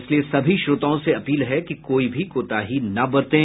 इसलिए सभी श्रोताओं से अपील है कि कोई भी कोताही न बरतें